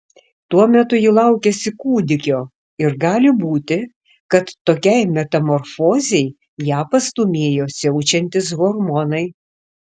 tuo metu ji laukėsi kūdikio ir gali būti kad tokiai metamorfozei ją pastūmėjo siaučiantys hormonai